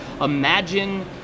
imagine